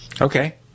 Okay